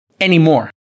anymore